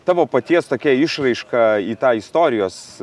tavo paties tokia išraiška į tą istorijos